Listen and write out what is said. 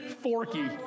Forky